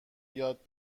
یاد